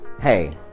Hey